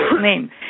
name